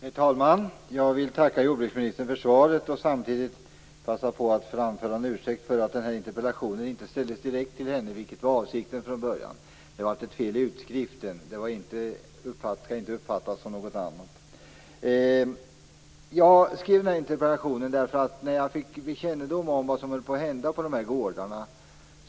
Herr talman! Jag vill tacka jordbruksministern för svaret. Samtidigt vill jag passa på att framföra en ursäkt för att interpellationen inte ställdes direkt till ministern, vilket var avsikten från början. Det var ett fel i utskriften, och det skall inte uppfattas som något annat. Jag skrev interpellationen när jag fick kännedom om vad som höll på att hända på gårdarna.